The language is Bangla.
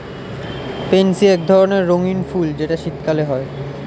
পেনসি এক ধরণের রঙ্গীন ফুল যেটা শীতকালে হয়